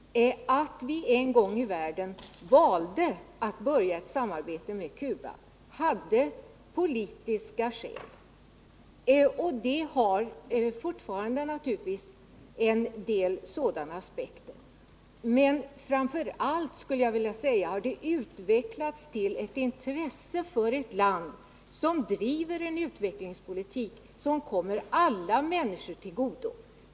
Att vi en gång i världen valde att börja ett samarbete med Cuba hade politiska skäl. Det finns naturligtvis fortfarande en del sådana aspekter. Men framför allt skulle jag vilja säga att det har utvecklats intresse för ett land som driver en utvecklingspolitik som kommer alla människor till godo.